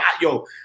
yo